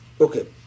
Okay